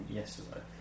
yesterday